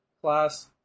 class